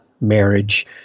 marriage